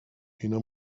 اینا